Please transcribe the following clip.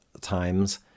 times